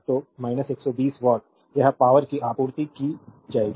तो 120 वाट यह पावरकी आपूर्ति की जाएगी